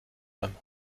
beim